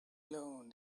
alone